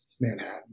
Manhattan